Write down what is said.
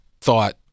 thought